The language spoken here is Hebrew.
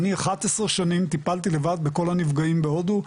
אני 11 שנים טיפלתי לבד בכל הנפגעים בהודו,